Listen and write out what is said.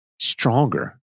stronger